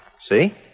See